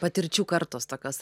patirčių kartos tokios